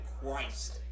Christ